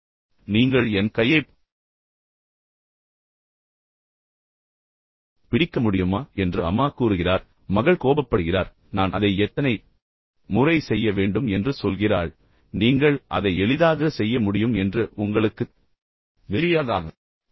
எனவே நீங்கள் என் கையைப் பிடிக்க முடியுமா என்று அம்மா கூறுகிறார் கையொப்பத்தை என்னால் வைக்க முடியும் மகள் கோபப்படுகிறார் நான் அதை எத்தனை முறை செய்ய வேண்டும் என்று சொல்கிறாள் நீங்கள் அதை எளிதாக செய்ய முடியும் என்று உங்களுக்குத் தெரியாதா